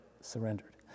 surrendered